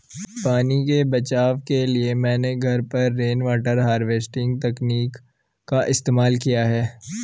पानी के बचाव के लिए मैंने घर पर रेनवाटर हार्वेस्टिंग तकनीक का इस्तेमाल किया है